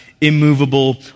immovable